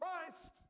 Christ